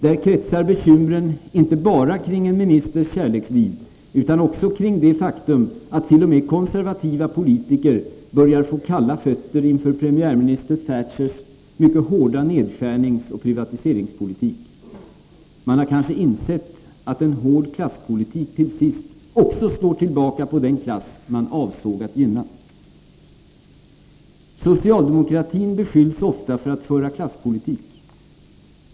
Där kretsar bekymren inte bara kring en ministers kärleksliv, utan också kring det faktum att t.o.m. konservativa politiker börjar få kalla fötter inför premiärminister Thatchers hårda nedskärningsoch privatiseringspolitik. Man har kanske insett att en hård klasspolitik till sist också slår tillbaka på den klass man avsåg att gynna. Socialdemokratin beskylls ofta för att föra klasspolitik.